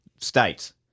states